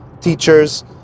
teachers